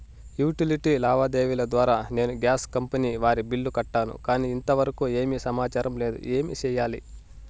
Utility లావాదేవీల ద్వారా నేను గ్యాస్ కంపెని వారి బిల్లు కట్టాను కానీ ఇంతవరకు ఏమి సమాచారం లేదు, ఏమి సెయ్యాలి?